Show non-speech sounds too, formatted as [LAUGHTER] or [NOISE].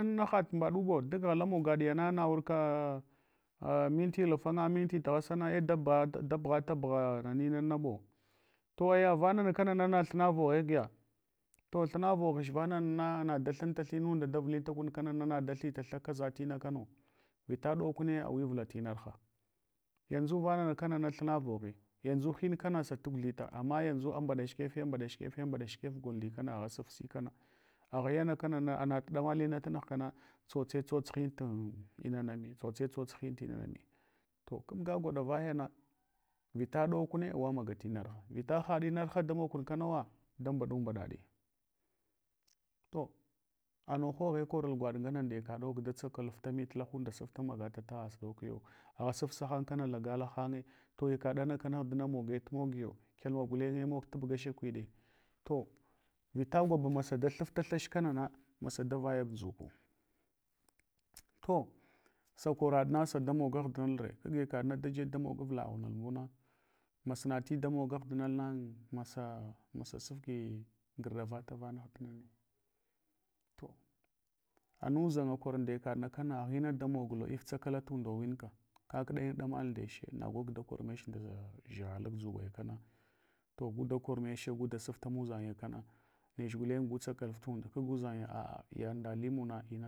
In haɗ tumbaɗubo duk ghada mogaɗyana na wurka [HESITATION] minti alfanga, minti tghasa ng, ai da bugha tabugha manaɓo. to aya vinana kanana na thina voghe giya. To thina voghch vonana nada thinta thinunda da vditakunkanana nada thitalha kaza tina kano. Vita ɗaulaune awivula tinar ha. Yanʒu vananakana thina voghe yanzu hinkana sa tugthida amayanʒu ambaɗa shikefe ambaɗa shikefe gol ndkana. Agha sufsi kana, aghayana kanana anat damalin na tunughkana tsotstsots hin tinanami, tsotsetso hin tinami. To kabga gwaɗa vayana vita haɗinarha da mog kun kanawa da mɓaɗu mɓaɗaɗi. to anan hoghe korul gwaɗ ngana ndaya kaɗo guda tsakalftami lahunda sufla magata tagha suɗokuo. Har supsa hang kna lagala hanye to yakaɗana kana aghdina moge tu mogingo, kyalma gulenye mog tubga shakwiɗe. to vita yab masa da thuffa thach kanana masa davaya nʒuko. To sa karaɗna sa damog aghdindre, kg yakaɗ na dajeb damog avlaghunul buna. Masinati. To anuzanga kor ndayakadna kanana agha ina damogulo lffsakala tundo winka kakɗayin ɗamal ndeche, nagu da kormech nda dʒiha lagʒuɓayakana. To guda karmeche guda sufta muʒanya kana, nch gulen, gutsakalaf tund kag uʒanya a’a yaɗ nda alimuma. Ina.